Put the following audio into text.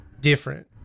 different